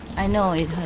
i know it